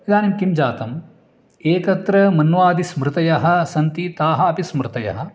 इदानीं किं जातम् एकत्र मन्वादिस्मृतयः सन्ति ताः अपि स्मृतयः